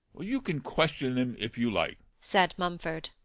you can question him, if you like said mumford.